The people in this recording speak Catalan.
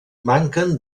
manquen